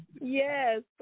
Yes